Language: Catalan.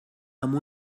amb